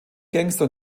gangster